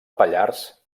pallars